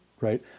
Right